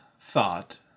thought